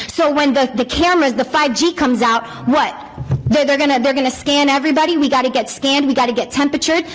so when the the cameras, the five g comes out right there, they're gonna they're gonna scan everybody. we gotta get scanned. we gotta get temperature.